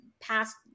past